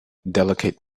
delicate